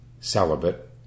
celibate